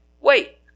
wait